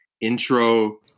intro